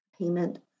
payment